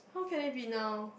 how can it be now